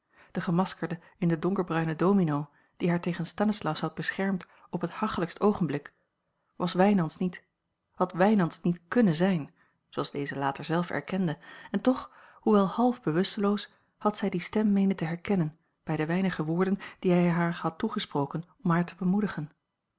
de gemaskerde in den donkerbruinen domino die haar tegen stanislaus had beschermd op het hachelijkst oogenblik was wijnands niet had wijnands niet kunnen zijn zooals deze later zelf erkende en toch hoewel half bewusteloos had zij die stem meenen te herkennen bij de weinige woorden die hij haar had toegesproken om haar te bemoedigen